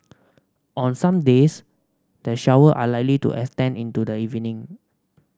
on some days the shower are likely to extend into the evening